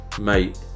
Mate